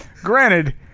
granted